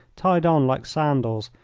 tied on like sandals,